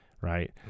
Right